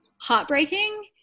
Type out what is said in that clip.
heartbreaking